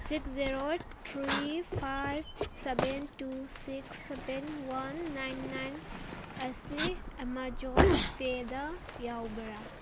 six zero three five seven two six seven one nine nine ꯑꯁꯤ Amazon ꯄꯦꯗ ꯌꯥꯎꯕ꯭ꯔꯥ